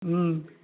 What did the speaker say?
ओम